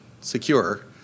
secure